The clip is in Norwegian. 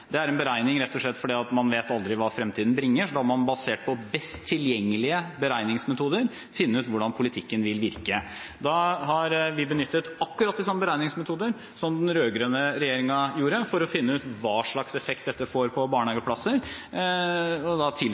Det er en beregning man foretar, rett og slett fordi man aldri vet hva fremtiden bringer, og da må man basere seg på de beste tilgjengelige beregningsmetodene for å finne ut hvordan politikken vil virke. Vi har benyttet akkurat de samme beregningsmetoder som den rød-grønne regjeringen for å finne ut hva slags effekt dette får på barnehageplasser, tilsvarende det de rød-grønne gjorde da